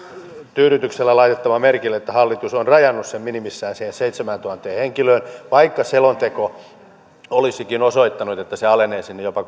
tyydytyksellä laitettava merkille että hallitus on rajannut sen minimissään siihen seitsemääntuhanteen henkilöön vaikka selonteko olisikin osoittanut että se alenee jopa